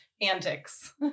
antics